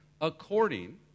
according